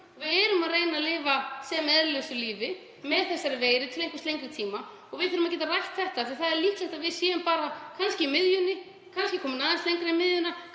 Við erum að reyna að lifa sem eðlilegustu lífi með þessari veiru til lengri tíma og við þurfum að geta rætt þetta mál. Það er líklegt að við séum kannski í miðjunni, kannski komin aðeins lengra en að miðju,